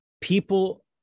people